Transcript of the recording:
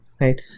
Right